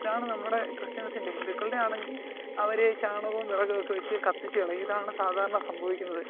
ഇതാണ് നമ്മുടെ ക്രിസ്ത്യൻസിൻ്റെ ഹിന്ദുക്കളുടെ ആണെങ്കിൽ അവർ ചാണകവും വിറകൊക്കെ വച്ച് കത്തിച്ച് കളയും ഇതാണ് സാധാരണ സംഭവിക്കുന്നത്